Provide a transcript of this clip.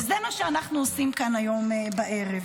זה מה שאנחנו עושים כאן היום בערב.